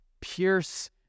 Pierce